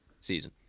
season